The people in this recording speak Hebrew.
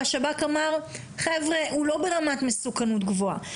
והשב"כ אמר שהוא לא ברמת מסוכנות גבוהה.